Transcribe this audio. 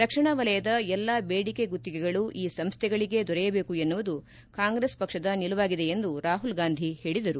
ರಕ್ಷಣಾ ವಲಯದ ಎಲ್ಲಾ ಬೇಡಿಕೆ ಗುತ್ತಿಗೆಗಳೂ ಈ ಸಂಸ್ಥೆಗಳಿಗೇ ದೊರೆಯಬೇಕು ಎನ್ನುವುದು ಕಾಂಗ್ರೆಸ್ ಪಕ್ಷದ ನಿಲುವಾಗಿದೆ ಎಂದು ರಾಹುಲ್ಗಾಂಧಿ ಹೇಳಿದರು